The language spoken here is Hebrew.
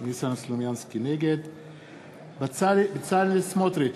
נגד בצלאל סמוטריץ,